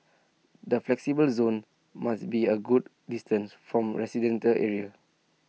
the flexible zones must be A good distance from residential areas